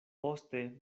poste